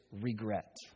regret